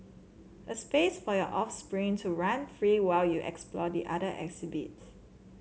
a space for your offspring to run free while you explore the other exhibits